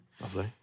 lovely